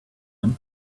him